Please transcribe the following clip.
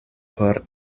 por